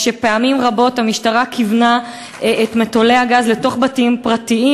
כשפעמים רבות המשטרה כיוונה את מטולי הגז לתוך בתים פרטיים,